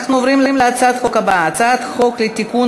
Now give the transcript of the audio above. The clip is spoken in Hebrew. אנחנו עוברים להצעת חוק הבאה: הצעת חוק לתיקון